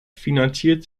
finanziert